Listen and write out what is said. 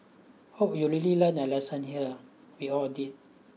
hope you've really learned a lesson here we all did